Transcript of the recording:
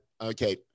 okay